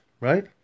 right